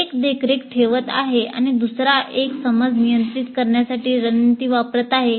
एक देखरेख ठेवत आहे आणि दुसरा एक समज नियंत्रित करण्यासाठी रणनीती वापरत आहे